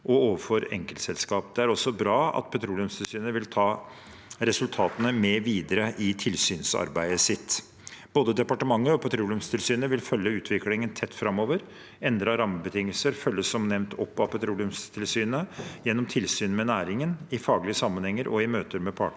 og overfor enkeltselskap. Det er også bra at Petroleumstilsynet vil ta resultatene med videre i tilsynsarbeidet sitt. Både departementet og Petroleumstilsynet vil følge utviklingen tett framover. Endrede rammebetingelser følges som nevnt opp av Petroleumstilsynet gjennom tilsyn med næringen i faglige sammenhenger og i møter med partene.